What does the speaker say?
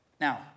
Now